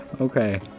Okay